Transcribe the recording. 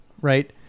right